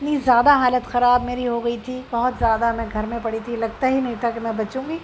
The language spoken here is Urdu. اتنی زیادہ حالت خراب میری ہو گئی تھی بہت زیادہ میں گھر میں پڑی تھی لگتا ہی نہیں تھا کہ میں بچوں گی